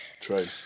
True